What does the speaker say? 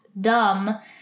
dumb